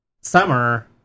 summer